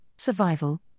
survival